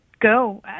go